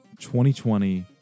2020